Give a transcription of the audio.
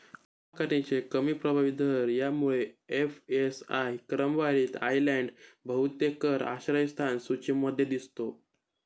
कर आकारणीचे कमी प्रभावी दर यामुळे एफ.एस.आय क्रमवारीत आयर्लंड बहुतेक कर आश्रयस्थान सूचीमध्ये दिसतो